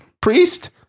priest